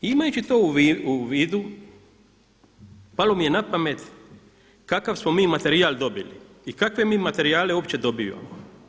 Imajući to u vidu palo mi je na pamet kakav smo mi materijal dobili i kakve mi materijale uopće dobivamo.